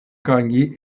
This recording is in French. gagner